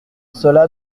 cela